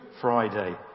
Friday